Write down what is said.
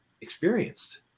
experienced